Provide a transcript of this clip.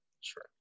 sure